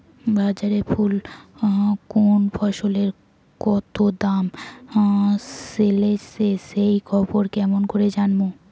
বাজারে কুন ফসলের কতো দাম চলেসে সেই খবর কেমন করি জানীমু?